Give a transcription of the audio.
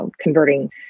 converting